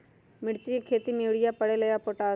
मिर्ची के खेती में यूरिया परेला या पोटाश?